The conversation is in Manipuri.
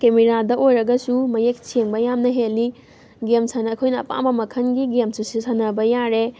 ꯀꯦꯃꯦꯔꯥꯗ ꯑꯣꯏꯔꯒꯁꯨ ꯃꯌꯦꯛ ꯁꯦꯡꯕ ꯌꯥꯝꯅ ꯍꯦꯜꯂꯤ ꯒꯦꯝ ꯁꯥꯟꯅ ꯑꯩꯈꯣꯏꯅ ꯑꯄꯥꯝꯕ ꯃꯈꯜꯒꯤ ꯒꯦꯝꯁꯨ ꯁꯥꯟꯅꯕ ꯌꯥꯔꯦ